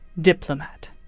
diplomat